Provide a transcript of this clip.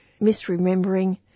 misremembering